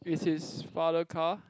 is his father car